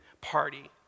party